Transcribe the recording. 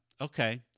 Okay